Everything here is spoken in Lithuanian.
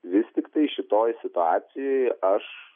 vis tiktai šitoj situacijoj aš